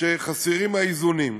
הוא שחסרים האיזונים.